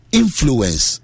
influence